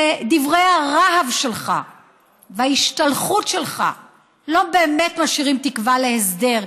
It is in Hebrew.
דברי הרהב שלך וההשתלחות שלך לא באמת משאירים תקווה להסדר,